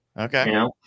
Okay